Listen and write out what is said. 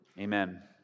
Amen